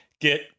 get